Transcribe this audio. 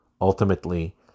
ultimately